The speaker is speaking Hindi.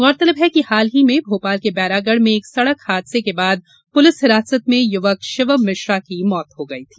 गौरतलब है कि हाल ही में भोपाल के बैरागढ़ में एक सड़क हादसे के बाद पुलिस हिरासत में एक युवक शिवम मिश्रा की मौत हो गई थी